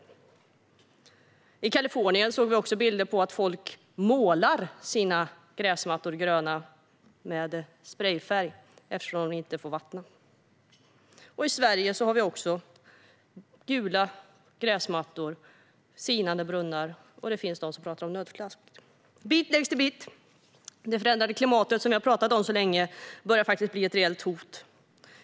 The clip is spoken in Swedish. Från Kalifornien kan vi se bilder på folk som målar sina gräsmattor gröna med sprejfärg eftersom man inte får vattna. Även i Sverige har vi gula gräsmattor och sinande brunnar, och det finns de som talar om nödslakt. Bit läggs till bit. Det förändrade klimatet, som vi har pratat om så länge, börjar bli ett reellt hot.